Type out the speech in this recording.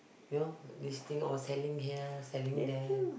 you know this thing all selling here selling there